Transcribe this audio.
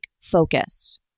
focused